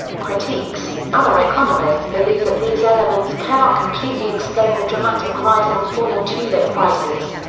critiques other economists believe that these elements cannot completely explain the dramatic rise and fall in tulip prices.